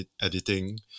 editing